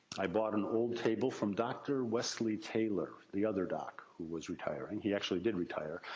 i bought an old table from dr. wesley taylor, the other doc, who was retiring. he actually did retire.